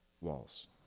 walls